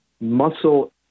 muscle